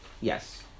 Yes